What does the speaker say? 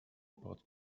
about